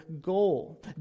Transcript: goal